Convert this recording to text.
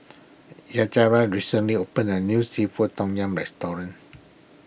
Yajaira recently opened a new Seafood Tom Yum restaurant